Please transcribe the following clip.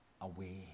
away